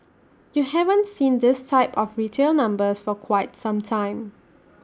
you haven't seen this type of retail numbers for quite some time